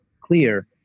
clear